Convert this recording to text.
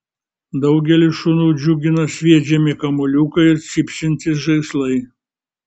daugelį šunų džiugina sviedžiami kamuoliukai ir cypsintys žaislai